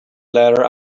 ladder